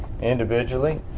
individually